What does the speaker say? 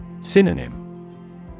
Synonym